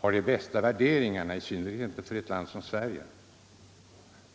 har de bästa värderingarna, i synnerhet inte för ett land som Sverige.